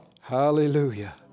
Hallelujah